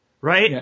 Right